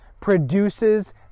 produces